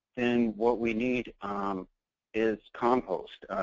then what we need is compost.